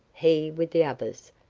he with the others,